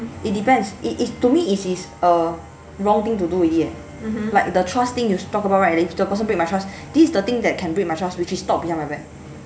it depends it it to me is is err wrong thing to do already eh like the trust thing you talk about right if the person break my trust this is the thing that can break my trust which is talk behind my back